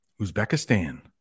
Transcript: Uzbekistan